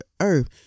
earth